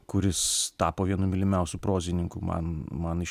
kuris tapo vienu mylimiausių prozininkų man man iš